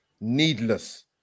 needless